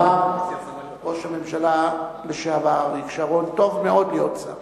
אמר ראש הממשלה לשעבר אריק שרון: טוב מאוד להיות שר.